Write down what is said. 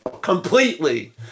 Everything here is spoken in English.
completely